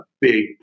big